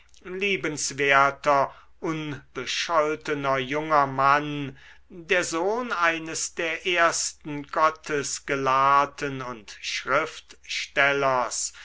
liebenswerter unbescholtener junger mann der sohn eines der ersten gottesgelahrten und schriftstellers